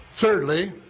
Thirdly